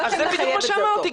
אז זה בדיוק מה שאמרתי,